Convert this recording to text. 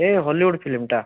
ଏ Hollywood ଫିଲ୍ମଟା